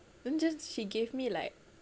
then just she gave me like